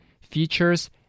features